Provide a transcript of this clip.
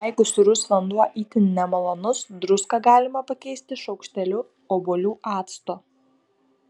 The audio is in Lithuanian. jeigu sūrus vanduo itin nemalonus druską galima pakeisti šaukšteliu obuolių acto